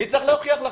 מי צריך להוכיח לכם?